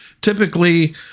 typically